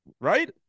Right